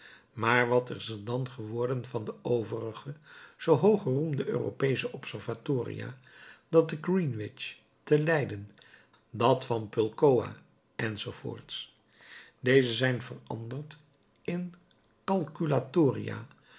maar wat is er dan geworden van de overige zoo hoog geroemde europeesche observatoria dat te greenwich te leiden dat van de pulkowa enz deze zijn veranderd in